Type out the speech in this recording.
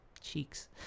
cheeks